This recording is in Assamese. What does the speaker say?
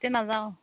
এতিয়া নাযাওঁ